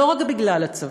לא רק בגלל הצבא.